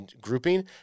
grouping